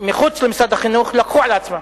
מחוץ למשרד החינוך לקחו על עצמן,